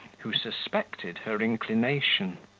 who suspected her inclination.